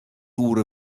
oere